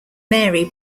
mary